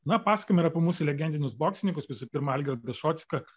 na pasakojam ir apie mūsų legendinius boksininkus visų pirma algirdą šociką